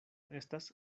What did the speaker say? estas